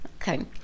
Okay